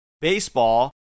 baseball